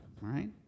right